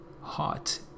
hot